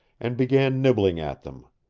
and began nibbling at them.